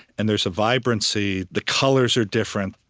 and there's a vibrancy. the colors are different.